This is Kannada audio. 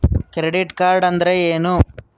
ಕ್ರೆಡಿಟ್ ಕಾರ್ಡ್ ಅಂದ್ರೇನು?